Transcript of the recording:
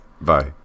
bye